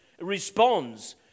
responds